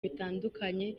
bitandukanye